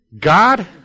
God